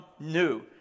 new